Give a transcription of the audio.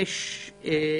ה-OECD